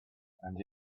and